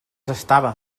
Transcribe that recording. estava